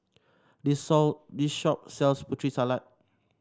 this this shop sells Putri Salad